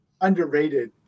underrated